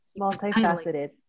multifaceted